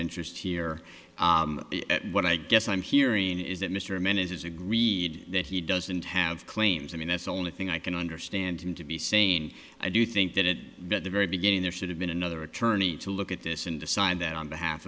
interest here what i guess i'm hearing is that mr man is agreed that he doesn't have claims i mean that's the only thing i can understand him to be saying i do think that it at the very beginning there should have been another attorney to look at this and decide that on behalf